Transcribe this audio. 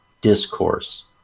discourse